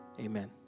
Amen